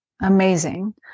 amazing